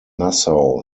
nassau